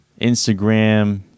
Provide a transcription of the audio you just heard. Instagram